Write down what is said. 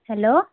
hello